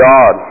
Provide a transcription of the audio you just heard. God